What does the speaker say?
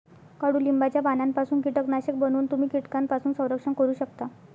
कडुलिंबाच्या पानांपासून कीटकनाशक बनवून तुम्ही कीटकांपासून संरक्षण करू शकता